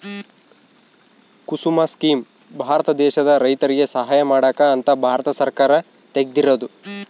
ಕುಸುಮ scheme Bharat ದೇಶದ ರೈತರಿಗೆ ಸಹಾಯ ಮಾಡಕ ಅಂತ ಭಾರತ ಸರ್ಕಾರ ತೆಗ್ದಿರೊದು